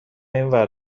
اینور